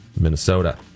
Minnesota